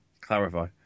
clarify